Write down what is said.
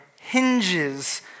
hinges